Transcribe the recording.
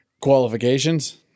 qualifications